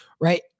right